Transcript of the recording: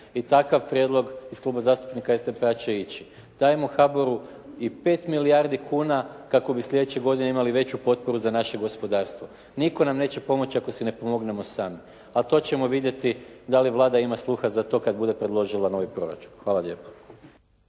i takav prijedlog iz Kluba zastupnika SDP-a će ići. Dajmo HABOR-u i 5 milijardi kuna kako bi sljedeće godine imali veću potporu za naše gospodarstvo. Nitko nam neće pomoći ako si ne pomognemo sami, a to ćemo vidjeti da li Vlada ima sluha za to kad bude predložila novi proračun. Hvala lijepo.